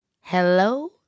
Hello